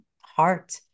heart